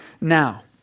now